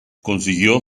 consiguió